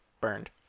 burned